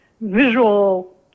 visual